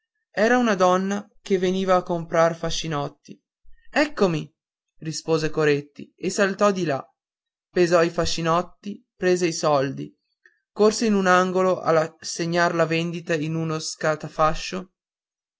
era una donna che veniva a comprar fascinotti eccomi rispose coretti e saltò di là pesò i fascinotti prese i soldi corse in un angolo a segnar la vendita in uno